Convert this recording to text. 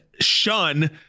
Shun